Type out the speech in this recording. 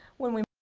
when we